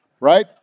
right